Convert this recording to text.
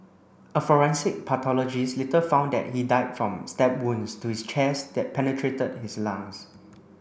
a forensic pathologist later found that he died from stab wounds to his chest that penetrated his lungs